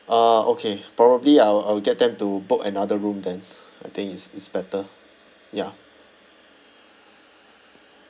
uh okay probably I'll I'll get them to book another room then I think it's it's better ya